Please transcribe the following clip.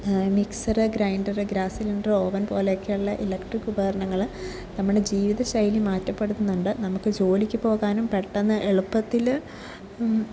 mixer grinder gas cylinder oven പോലെയൊക്കെയുള്ള electric ഉപകരണങ്ങൾ നമ്മുടെ ജീവിതശൈലി മാറ്റപ്പെടുത്തുന്നുണ്ട് നമുക്ക് ജോലിയ്ക്ക് പോകാനും പെട്ടെന്ന് എളുപ്പത്തിൽ